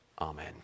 Amen